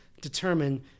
determine